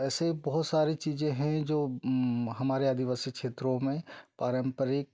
ऐसे बहुत सारे चीज़ें हैं जो हमारे आदिवासी क्षेत्रों में पारंपरिक